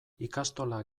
ikastola